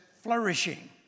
flourishing